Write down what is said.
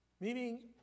Meaning